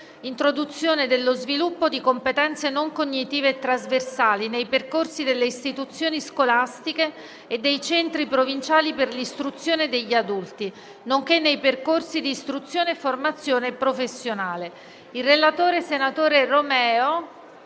l'introduzione dello sviluppo delle competenze non cognitive e trasversali nei percorsi delle istituzioni scolastiche e dei centri provinciali per l'istruzione degli adulti, nonché nei percorsi di istruzione e di formazione professionale, di cui la 7a